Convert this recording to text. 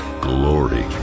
glory